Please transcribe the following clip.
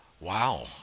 wow